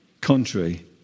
contrary